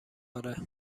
آره